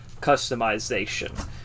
customization